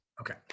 Okay